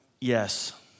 yes